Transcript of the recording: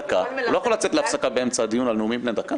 הוא לא יכול לצאת להפסקה באמצע הדיון על נאומים בני דקה.